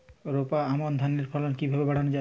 রোপা আমন ধানের ফলন কিভাবে বাড়ানো যায়?